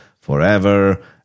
forever